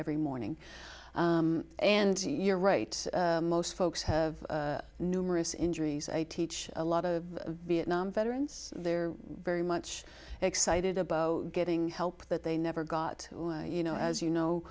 every morning and you're right most folks have numerous injuries i teach a lot of vietnam veterans they're very much excited about getting help that they never got you know as you know